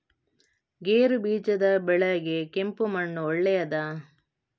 ಗೇರುಬೀಜದ ಬೆಳೆಗೆ ಕೆಂಪು ಮಣ್ಣು ಒಳ್ಳೆಯದಾ?